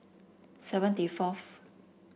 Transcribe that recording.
seventy fourth